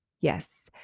Yes